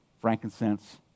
frankincense